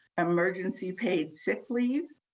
emergency paid sick leave,